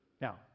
Now